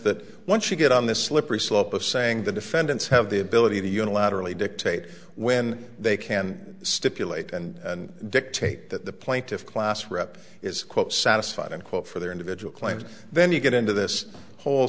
that once you get on the slippery slope of saying the defendants have the ability to unilaterally dictate when they can stipulate and dictate that the plaintiff class rep is satisfied and quote for their individual claims then you get into this whole